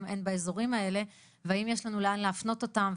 אין באזורים האלה והאם יש לנו לאן להפנות אותם,